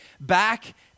back